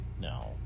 No